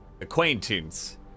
acquaintance